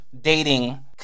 dating